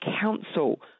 council